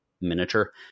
miniature